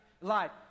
life